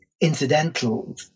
incidental